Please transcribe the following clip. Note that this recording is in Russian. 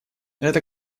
это